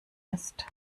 ist